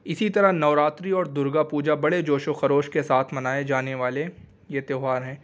اسی طرح نوراتری اور درگا پوجا بڑے جوش و خروش کے ساتھ منائے جانے والے یہ تیوہار ہیں